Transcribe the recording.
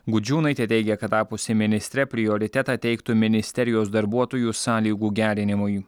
gudžiūnaitė teigia kad tapusi ministre prioritetą teiktų ministerijos darbuotojų sąlygų gerinimui